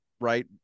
right